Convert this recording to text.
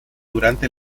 durante